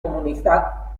comunità